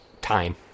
Time